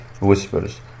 whispers